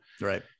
Right